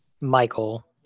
Michael